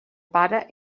pare